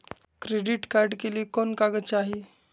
Credit card के लिए कौन कागज चाही?